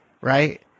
Right